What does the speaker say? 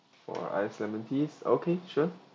or ice lemon tea okay sure